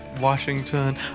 washington